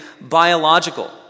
biological